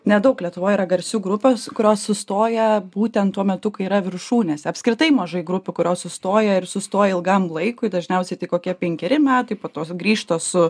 nedaug lietuvoj yra garsių grupes kurios sustoja būtent tuo metu kai yra viršūnėse apskritai mažai grupių kurios sustoja ir sustoja ilgam laikui dažniausiai tai kokie penkeri metai po to sugrįžta su